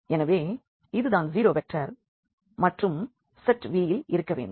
எனவே இதுதான் zero vector மற்றும் செட் V இல் இருக்கவேண்டும்